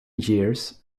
years